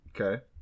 Okay